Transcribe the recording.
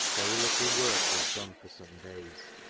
very little work was done for some days.